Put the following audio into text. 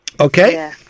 Okay